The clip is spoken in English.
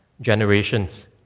generations